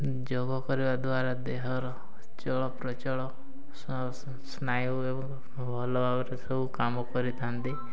ଯୋଗ କରିବା ଦ୍ୱାରା ଦେହର ଚଳପ୍ରଚଳ ସ୍ନାୟୁ ଏବଂ ଭଲ ଭାବରେ ସବୁ କାମ କରିଥାନ୍ତି